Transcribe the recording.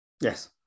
Yes